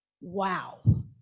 Wow